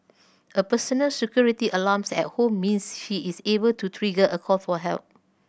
a personal security alarm at home means she is able to trigger a call for help